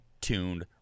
tuned